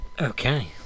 Okay